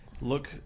Look